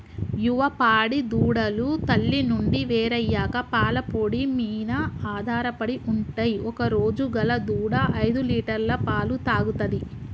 యువ పాడి దూడలు తల్లి నుండి వేరయ్యాక పాల పొడి మీన ఆధారపడి ఉంటయ్ ఒకరోజు గల దూడ ఐదులీటర్ల పాలు తాగుతది